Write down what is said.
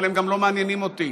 אבל הם גם לא מעניינים אותי.